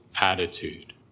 attitude